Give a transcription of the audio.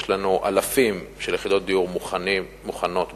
יש לנו אלפי יחידות דיור מוכנות בתב"ע.